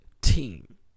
team